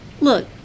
Look